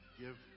give